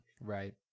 right